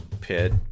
Pit